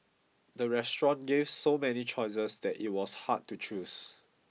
the restaurant gave so many choices that it was hard to choose